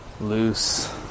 loose